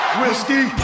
whiskey